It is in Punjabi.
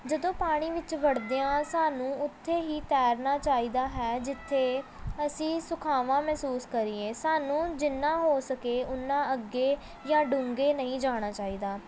ਜਦੋਂ ਪਾਣੀ ਵਿੱਚ ਵੜਦਿਆਂ ਸਾਨੂੰ ਉੱਥੇ ਹੀ ਤੈਰਨਾ ਚਾਹੀਦਾ ਹੈ ਜਿੱਥੇ ਅਸੀਂ ਸੁਖਾਵਾਂ ਮਹਿਸੂਸ ਕਰੀਏ ਸਾਨੂੰ ਜਿੰਨਾ ਹੋ ਸਕੇ ਉੰਨਾ ਅੱਗੇ ਜਾਂ ਡੂੰਘੇ ਨਹੀਂ ਜਾਣਾ ਚਾਹੀਦਾ